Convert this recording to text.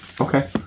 okay